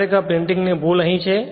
ખરેખર પ્રિન્ટિંગ ની ભૂલ અહીં છે